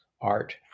art